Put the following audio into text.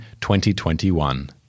2021